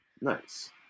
Nice